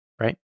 right